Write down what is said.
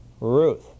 Ruth